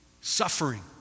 suffering